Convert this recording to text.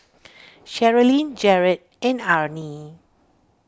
Sherilyn Jarett and Arrie